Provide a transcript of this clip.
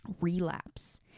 relapse